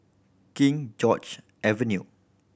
King George Avenue